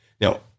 Now